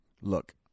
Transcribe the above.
Look